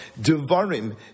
Devarim